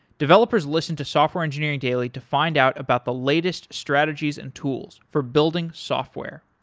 developers listen to software engineering daily to find out about the latest strategies and tools for building software.